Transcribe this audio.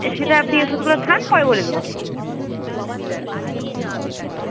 এ সেটা আপনি ওষুধগুলো খান পরে বলে দেবো